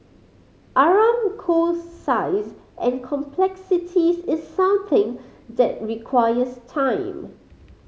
Aramco's size and complexities is something that requires time